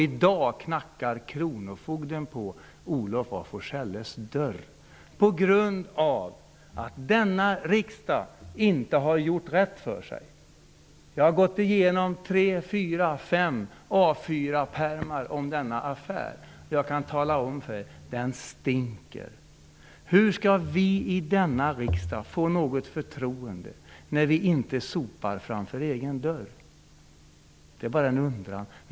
I dag knackar kronofogden på Olof af Forselles dörr, på grund av att riksdagen inte har gjort rätt för sig. Jag har gått igenom tre, fyra, fem A4-pärmar om denna affär, och jag kan tala om för er: Den stinker! Hur skall vi i denna riksdag få något förtroende, när vi inte sopar framför egen dörr? Det är bara en undran.